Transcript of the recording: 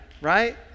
right